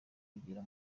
kugera